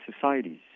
societies